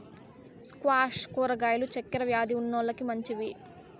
squash కూరగాయలు చక్కర వ్యాది ఉన్నోలకి మంచివి